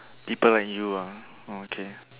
people let you ah oh okay